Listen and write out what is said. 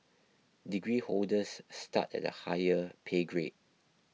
degree holders start at a higher pay grade